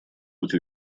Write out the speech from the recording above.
быть